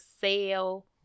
sale